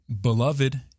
beloved